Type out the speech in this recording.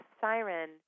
siren